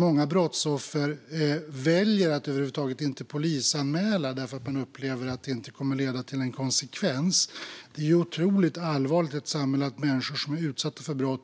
Många brottsoffer väljer att över huvud taget inte polisanmäla eftersom de upplever att det inte leder till någon konsekvens. Det är otroligt allvarligt i ett samhälle att människor som är utsatta för brott